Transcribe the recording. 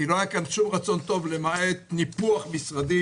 כי לא היה כאן שום רצון טוב למעט ניפוח משרדים